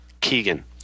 Keegan